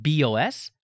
BOS